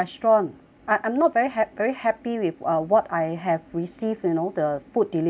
I I'm not very happy very happy with what I have received you know the food delivery